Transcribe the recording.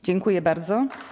Dziękuję bardzo.